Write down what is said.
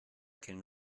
can